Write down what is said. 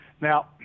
Now